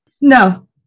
No